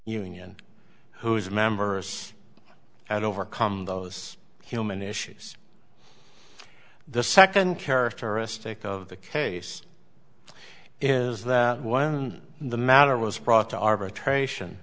union whose members had overcome those human issues the second characteristic of the case is that when the matter was brought to arbitration